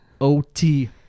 OT